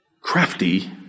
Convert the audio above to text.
crafty